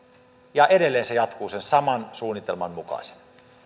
ja edelleen se jatkuu sen saman suunnitelman mukaisena